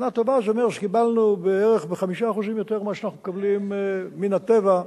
שנה טובה זה אומר שקיבלנו בערך ב-5% יותר ממה שאנחנו מקבלים מן הטבע,